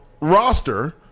roster